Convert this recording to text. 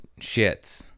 shits